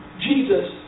Jesus